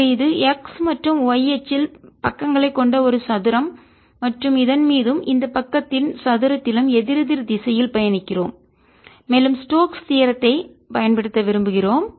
எனவே இது x மற்றும் y அச்சில் பக்கங்களைக் கொண்ட ஒரு சதுரம் மற்றும் இதன் மீதும் இந்த பக்கத்தின் சதுரத்திலும் எதிரெதிர் திசையில் பயணிக்கிறோம் மேலும் ஸ்டோக்ஸ் தீயரம்த்தைப் தேற்றத்தைப் பயன்படுத்த விரும்புகிறோம்